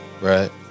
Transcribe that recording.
right